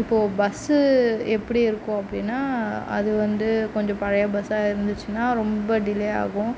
இப்போது பஸ் எப்படி இருக்கும் அப்படின்னா அது வந்து கொஞ்சம் பழைய பஸ்ஸாக இருந்துச்சுனா ரொம்ப டிலே ஆகும்